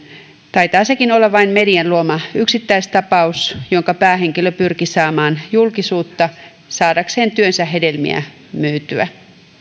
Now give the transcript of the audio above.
taitaa sekin olla vain median luoma yksittäistapaus jonka päähenkilö pyrki saamaan julkisuutta saadakseen työnsä hedelmiä myytyä